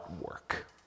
work